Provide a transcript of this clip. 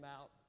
out